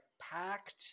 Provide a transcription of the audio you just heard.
packed